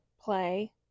play